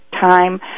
time